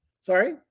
Sorry